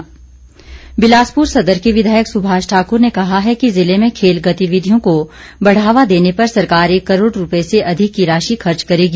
सुभाष ठाकुर बिलासपुर सदर के विधायक सुभाष ठाकुर ने कहा है कि ज़िले में खेल गतिविधियों को बढ़ावा देने पर सरकार एक करोड़ रुपये से अधिक की राशि खर्च करेगी